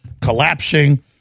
collapsing